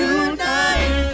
Tonight